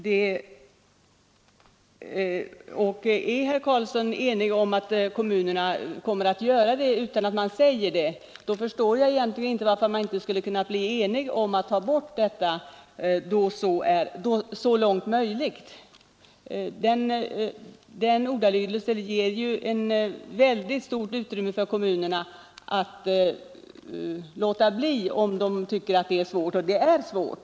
Anser herr Karlsson att kommunerna kommer att göra detta utan att man säger det, så förstår jag egentligen inte varför man inte skulle kunna bli enig om att ta bort ”så långt möjligt”. Den ordalydelsen ger ju ett väldigt stort utrymme för kommunerna att låta bli om de tycker att det är svårt, och det är svårt.